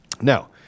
Now